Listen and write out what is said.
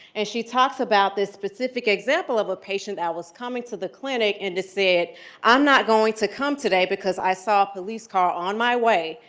and she talks about this specific example of a patient that was coming to the clinic and just said, i'm not going to come today because i saw a police car on my way,